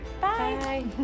Bye